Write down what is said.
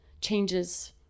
changes